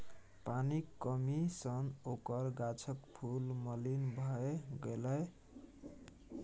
पानिक कमी सँ ओकर गाछक फूल मलिन भए गेलै